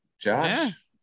Josh